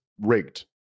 rigged